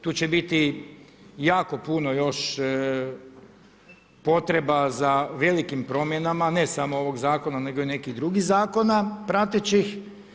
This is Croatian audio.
Tu će biti jako puno još potreba za velikim promjenama, ne samo ovog Zakona nego i nekih drugih zakona pratećih.